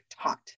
taught